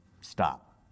stop